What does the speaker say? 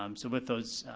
um so with those,